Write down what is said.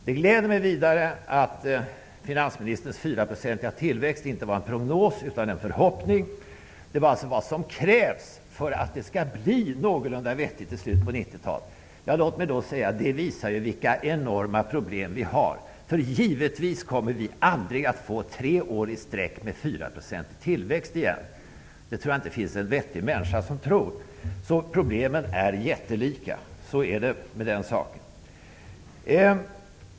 Det gläder mig vidare att finansministerns fyraprocentiga tillväxt inte var en prognos utan en förhoppning. Det är vad som krävs för att det skall bli någorlunda vettigt under slutet av 90-talet. Låt mig då säga att detta visar vilka enorma problem vi har, eftersom vi under tre år i sträck givetvis inte åter kommer att få en fyraprocentig tillväxt. Det tror jag inte att det finns en vettig människa som tror. Problemen är jättelika. Så är det med den saken.